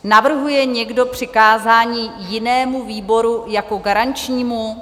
Navrhuje někdo přikázání jinému výboru jako garančnímu?